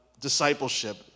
discipleship